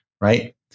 right